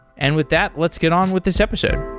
and with that, let's get on with this episode.